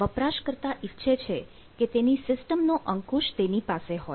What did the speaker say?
વપરાશકર્તા ઈચ્છે છે કે તેની સિસ્ટમનો અંકુશ તેની પાસે હોય